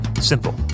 simple